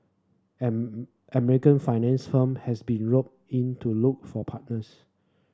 am American finance firm has been roped in to look for partners